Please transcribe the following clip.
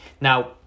Now